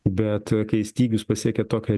bet kai stygius pasiekia tokią